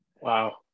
Wow